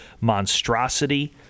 monstrosity